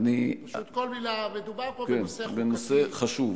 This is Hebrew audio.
פשוט כל מלה, מדובר פה בנושא, כן, בנושא חשוב.